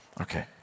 Okay